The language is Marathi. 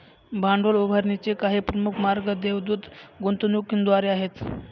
भांडवल उभारणीचे काही प्रमुख मार्ग देवदूत गुंतवणूकदारांद्वारे आहेत